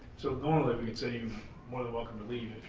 so normally we would say you're more than welcome to leave,